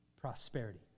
prosperity